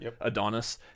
Adonis